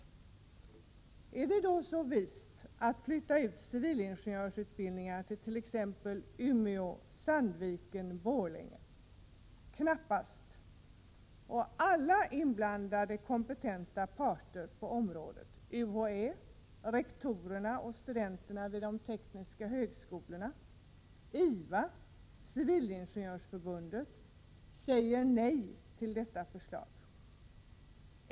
Men är det då så vist att flytta ut civilingenjörsutbildningar till t.ex. Umeå, Sandviken och Borlänge? Knappast. Alla inblandade kompetenta parter på området — UHÅÄ, rektorerna och studenterna vid de tekniska högskolorna, IVA och Civilingenjörsförbundet — säger nej till detta förslag.